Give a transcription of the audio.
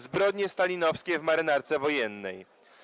Zbrodnie stalinowskie w Marynarce Wojennej”